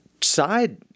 Side